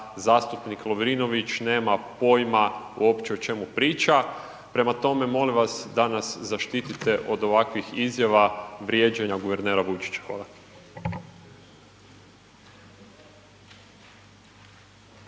zastupnik Lovrinović nema pojma uopće o čemu priča, prema tome molim vas da nas zaštitite od ovakvih izjava, vrijeđanja guvernera Vujčića. Hvala.